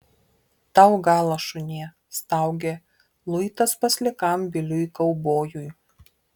tau galas šunie staugia luitas paslikam biliui kaubojui